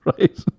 Right